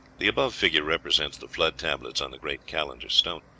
the above figure represents the flood tablet on the great calendar stone.